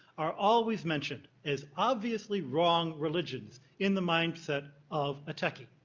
are always mentioned as obviously wrong religions in the mindset of a techie.